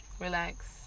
relax